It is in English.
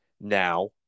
now